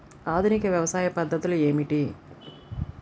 ఆధునిక వ్యవసాయ పద్ధతులు ఏమిటి?